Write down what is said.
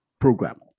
program